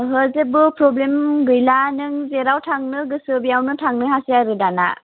ओहो जेबो प्रब्लेम गैला नों जेराव थांनो गोसो बेयावनो थांनो हासै आरो दाना